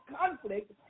conflict